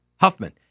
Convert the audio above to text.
Huffman